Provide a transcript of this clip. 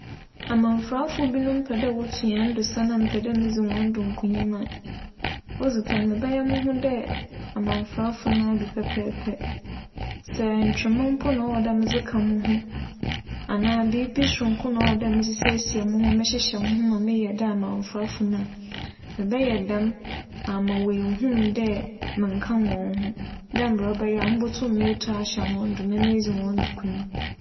Amamfrafo binom pɛ dɛ wotu hɛn do sa na mepɛ dɛ midzi hͻn do nkonyim a, odzi kan mebɛyɛ moho dɛ amamfrafo no bi pɛpɛɛpɛ. Sɛ ntwema mpo na ͻwͻ dɛ medze ka moho anaa biribi soronko na ͻwͻ dɛ medze seisei moho mehyehyɛ moho ma meyɛ dɛ amamfrafo no a, mebɛyɛ dɛm amma woennhu me dɛ mennka hͻn ho dɛ mbrɛ ͻbɛyɛ a mobotum etu ahyɛ hͻn do na medzi hͻn do nkonyim.